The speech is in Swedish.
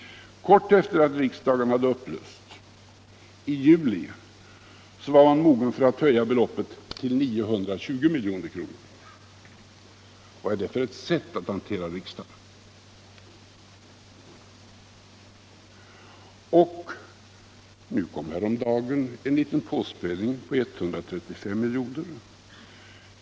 Kort efter det att riksdagen hade upplösts, i juli, var man mogen att höja beloppet till 920 milj.kr. Vad är det för ett sätt att hantera riksdagen? Nu kom häromdagen en liten påspädning på 135 miljoner.